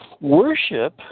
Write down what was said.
worship